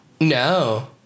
No